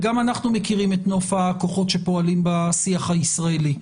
גם אנחנו מכירים את נוף הכוחות שפועלים בשיח הישראלי,